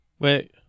wait